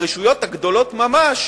ברשויות הגדולות ממש